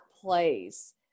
place